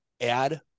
add